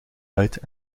uit